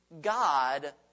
God